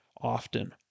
often